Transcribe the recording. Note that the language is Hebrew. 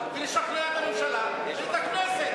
ולשכנע את הממשלה ואת הכנסת,